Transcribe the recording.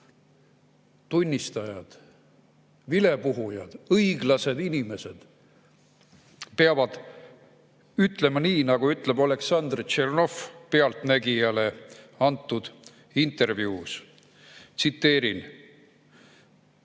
tunnistajad, vilepuhujad, õiglased inimesed peavad ütlema nii, nagu ütleb Oleksandr Tšernov "Pealtnägijale" antud intervjuus. Tsiteerin: